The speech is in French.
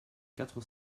quatre